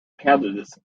candidates